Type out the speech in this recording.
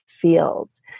feels